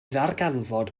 ddarganfod